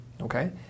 Okay